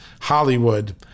Hollywood